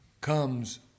comes